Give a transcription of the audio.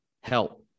help